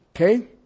Okay